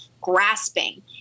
grasping